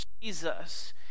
Jesus